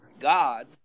God